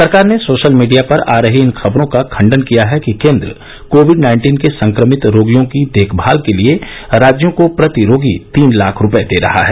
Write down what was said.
सरकार ने social media पर आ रही इन खबरों का खंडन किया है कि केन्द्र कोविड नाइन्टीन के संक्रमित रोगियों की देखभाल के लिए राज्यों को प्रति रोगी तीन लाख रूपये दे रहा है